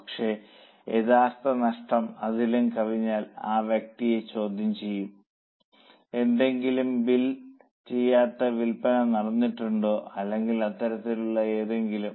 പക്ഷേ യഥാർത്ഥ നഷ്ടം അതിലും കവിഞ്ഞാൽ ആ വ്യക്തിയെ ചോദ്യം ചെയ്യും എന്തെങ്കിലും ബിൽ ചെയ്യാത്ത വിൽപ്പന നടന്നിട്ടുണ്ടോ അല്ലെങ്കിൽ അത്തരത്തിലുള്ള എന്തെങ്കിലും